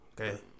Okay